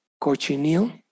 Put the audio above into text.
cochineal